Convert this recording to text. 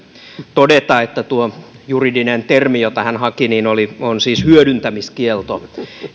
todeta että tuo juridinen termi jota hän haki on siis hyödyntämiskielto